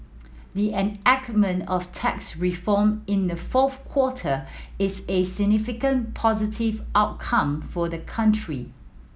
the enactment of tax reform in the fourth quarter is a significant positive outcome for the country